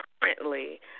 currently